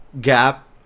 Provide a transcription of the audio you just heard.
gap